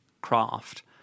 craft